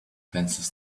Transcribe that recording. pencils